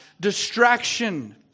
distraction